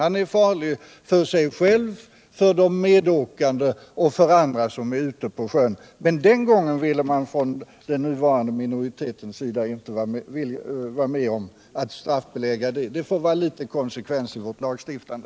Han är farlig för sig själv, för de övriga i båten och för andra som är ute på sjön. Men den gången ville man från dagens reservanters sida inte vara med om att straffbelägga. Det måste vara konsekvens i vårt lagstiftande.